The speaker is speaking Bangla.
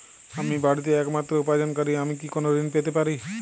আমি বাড়িতে একমাত্র উপার্জনকারী আমি কি কোনো ঋণ পেতে পারি?